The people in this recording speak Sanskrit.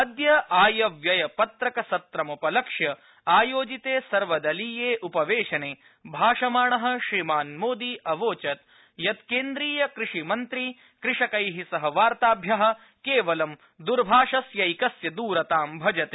अद्य आयव्ययपत्रक सत्रमुपलक्ष्य आयोजिते सर्वदलीये उपवेशने भाषमाण श्रीमान् मोदी अवोचत यत् केन्द्रीय कृषिमन्त्री कृषकै सह वार्ताभ्य केवलं दरभाषस्यैकस्य दरता भजते